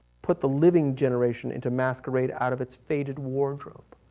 put the living generation into masquerade out of its faded wardrobe.